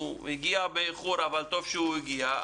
הוא הגיע באיחור אבל טוב שהוא הגיע.